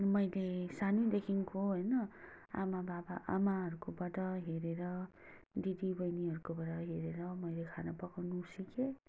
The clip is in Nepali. मैले सानैदेखिको होइन आमा बाबा आमाहरूकोबाट हेरेर दिदी बहिनीहरूकोबाड हेरेर मैले खाना पकाउनु सिकेँ